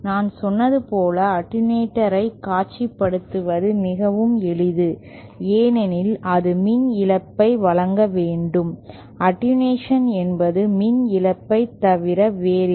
நான் சொன்னது போல் அட்டென்யூட்டர் ஐ காட்சிப்படுத்துவது மிகவும் எளிது ஏனெனில் அது மின் இழப்பை வழங்க வேண்டும் அட்டென்யூஷன் என்பது மின் இழப்பைத் தவிர வேறில்லை